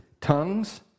tongues